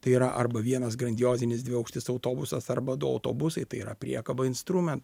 tai yra arba vienas grandiozinis dviaukštis autobusas arba du autobusai tai yra priekaba instrumentų